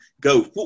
go